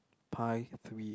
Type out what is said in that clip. pie three